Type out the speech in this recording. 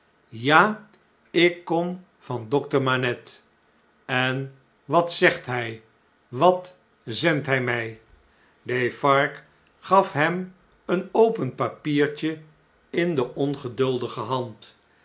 ja ik kom van dokter manette en wat zegt hij wat zendt hij mij defarge gaf hem een open papiertje in de ongeduldige hand